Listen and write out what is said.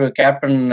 captain